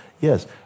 Yes